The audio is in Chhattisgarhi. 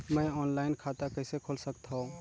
मैं ऑनलाइन खाता कइसे खोल सकथव?